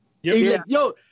Yo